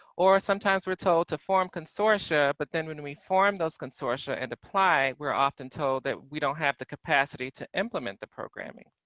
or sometimes we're told to form consortia, but when we form those consortia, and apply, we're often told that we don't have the capacity to implement the programming.